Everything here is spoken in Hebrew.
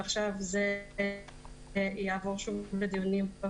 ועכשיו זה יעבור שוב בדיונים של